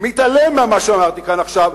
מתעלם ממה שאמרתי כאן עכשיו,